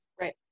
Right